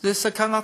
שזה סכנה לציבור,